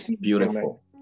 Beautiful